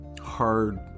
hard